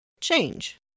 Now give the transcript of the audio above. change